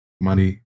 money